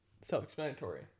self-explanatory